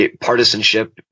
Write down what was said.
Partisanship